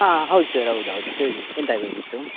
ಹಾಂ ಹೌದು ಸರ್ ಹೌದೌದು ಹೇಳಿ ಎಂತಾಗಬೇಕಿತ್ತು